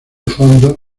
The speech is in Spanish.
fondos